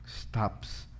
stops